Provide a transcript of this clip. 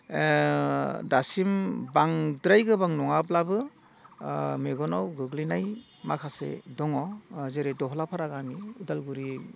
दासिम बांद्राय गोबां नङाब्लाबो मेगनाव गोग्लैनाय माखासे दङ जेरै दहलाफारा गामि उदालगुरि